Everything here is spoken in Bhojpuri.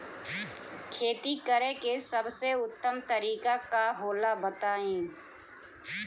खेती करे के सबसे उत्तम तरीका का होला बताई?